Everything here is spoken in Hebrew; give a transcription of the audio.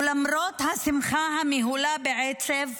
ולמרות השמחה המהולה בעצב,